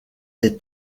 des